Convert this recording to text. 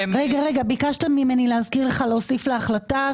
ביקשת ממני להזכיר לך להוסיף להחלטה.